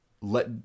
let